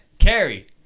Carrie